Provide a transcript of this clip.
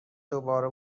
دوباره